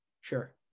Sure